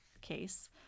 case